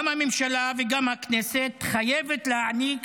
גם הממשלה וגם הכנסת חייבות להעניק